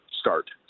start